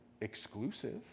exclusive